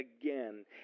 again